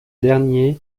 dernier